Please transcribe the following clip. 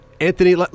Anthony